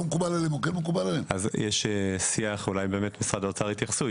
יש שיח, ואולי משרד האוצר יתייחסו.